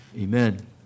Amen